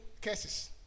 cases